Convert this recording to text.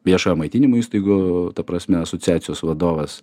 viešojo maitinimo įstaigų ta prasme asociacijos vadovas